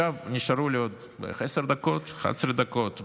נשארו לי עוד בערך עשר דקות, 11 דקות.